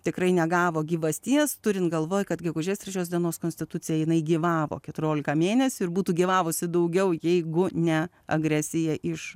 tikrai negavo gyvasties turint galvoj kad gegužės trečios dienos konstitucija jinai gyvavo keturiolika mėnesių ir būtų gyvavusi daugiau jeigu ne agresija iš